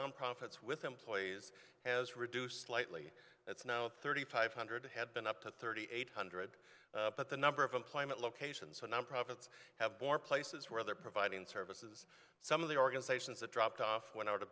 profits with employees has reduced slightly it's now thirty five hundred had been up to thirty eight hundred but the number of employment locations so nonprofits have more places where they're providing services some of the organizations have dropped off wen